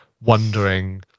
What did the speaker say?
wondering